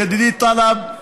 ידידי טלב,